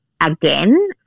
again